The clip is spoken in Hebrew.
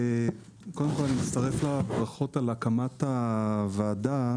קודם כל אני מצטרף לברכות על הקמת הוועדה.